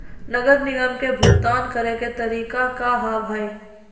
नगर निगम के भुगतान करे के तरीका का हाव हाई?